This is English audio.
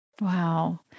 Wow